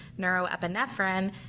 neuroepinephrine